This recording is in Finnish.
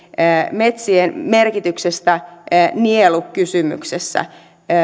metsien merkityksestä nielukysymyksessä